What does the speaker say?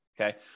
Okay